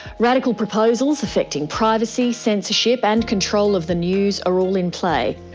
radical proposals affecting privacy, censorship and control of the news are all in play.